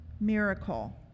miracle